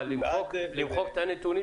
למחוק את הנתונים